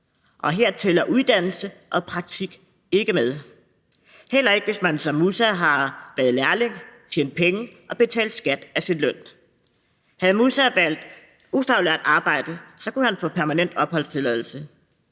og her tæller uddannelse og praktik ikke med, heller ikke hvis man som Mussa har været lærling, tjent penge og betalt skat af sin løn. Havde Mussa valgt ufaglært arbejde, kunne han få permanent opholdstilladelse.